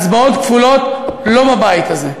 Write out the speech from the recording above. הצבעות כפולות, לא בבית הזה.